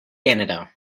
canada